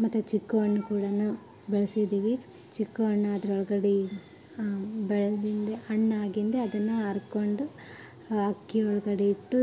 ಮತ್ತು ಚಿಕ್ಕು ಹಣ್ಣು ಕೂಡಾನೂ ಬೆಳ್ಸಿದೀವಿ ಚಿಕ್ಕು ಹಣ್ಣು ಅದ್ರೊಳಗಡೆ ಬೆಳೆದಿಂದೆ ಹಣ್ಣಾಗಿಂದೆ ಅದನ್ನು ಹರ್ಕೊಂಡು ಅಕ್ಕಿ ಒಳಗಡೆ ಇಟ್ಟು